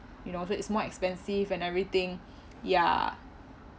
you know so it's more expensive and everything ya